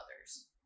others